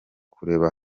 kureba